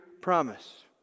promise